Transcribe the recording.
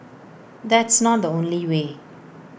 that's not the only way